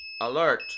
Alert